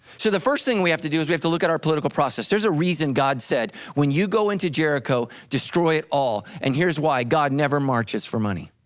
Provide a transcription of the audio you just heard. so the first thing we have to do is we have to look at our political process there's a reason god said, when you go into jericho, jericho, destroy it all and here's why god never marches for money.